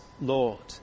Lord